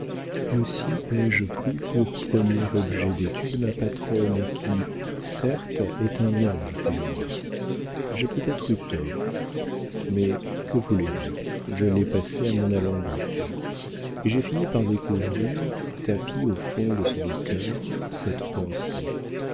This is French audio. aussi ai-je pris pour premier objet d'étude ma patronne qui certes est un ange pour moi j'ai peut-être eu tort mais que voulez-vous je l'ai passée à mon alambic et j'ai fini par découvrir tapie au fond de son cœur cette pensée